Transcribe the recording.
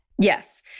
Yes